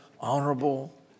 honorable